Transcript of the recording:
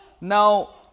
Now